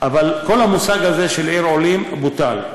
אבל כל המושג הזה "עיר עולים" בוטל.